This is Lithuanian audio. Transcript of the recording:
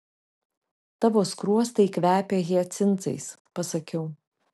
tavo skruostai kvepia hiacintais pasakiau